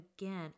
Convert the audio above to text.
again